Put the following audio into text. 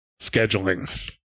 scheduling